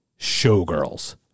showgirls